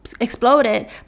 exploded